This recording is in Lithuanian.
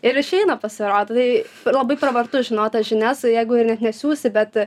ir išeina pasirodo tai labai pravartu žinot tas žinias jeigu ir net nesiūsi bet